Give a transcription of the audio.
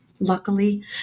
Luckily